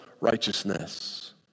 righteousness